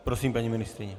Prosím, paní ministryně.